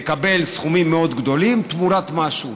מקבלת סכומים מאוד גדולים תמורת משהו.